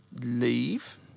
leave